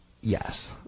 Yes